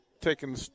taking